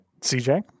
CJ